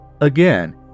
Again